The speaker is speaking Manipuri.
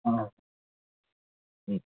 ꯑꯥ ꯎꯝ